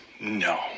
No